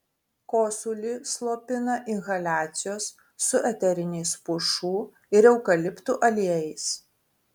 kosulį slopina inhaliacijos su eteriniais pušų ir eukaliptų aliejais